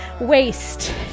waste